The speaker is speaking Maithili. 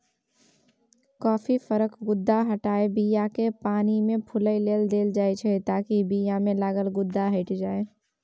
कॉफी फरक गुद्दा हटाए बीयाकेँ पानिमे फुलए लेल देल जाइ ताकि बीयामे लागल गुद्दा हटि जाइ